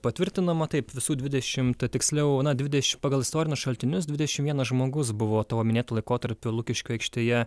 patvirtinama taip visų dvidešimt tiksliau na dvideš pagal istorinius šaltinius dvidešim vienas žmogus buvo tavo minėtu laikotarpiu lukiškių aikštėje